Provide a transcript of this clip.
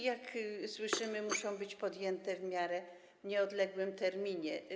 Jak słyszymy, muszą być podjęte w miarę nieodległym terminie.